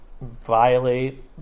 violate